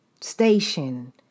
station